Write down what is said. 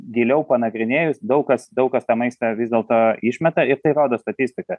giliau panagrinėjus daug kas daug kas tą maistą vis dėlto išmeta ir tai rodo statistika